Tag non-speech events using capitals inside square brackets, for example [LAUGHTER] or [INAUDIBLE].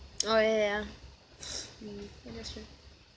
oh ya ya ya [BREATH] mm that's true